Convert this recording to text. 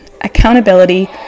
accountability